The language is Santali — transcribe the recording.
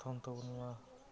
ᱯᱚᱨᱛᱷᱚᱢ ᱛᱟᱵᱚ ᱱᱚᱣᱟ